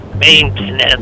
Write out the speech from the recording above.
Maintenance